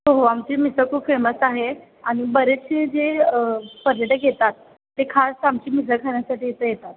हो हो आमचे मिसळ खूप फेमस आहे आनि बरेचशे जे पर्यटक येतात ते खास आमची मिसळ खाण्यासाठी इथं येतात